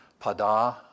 Pada